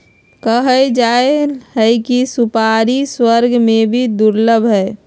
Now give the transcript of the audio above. कहल जाहई कि सुपारी स्वर्ग में भी दुर्लभ हई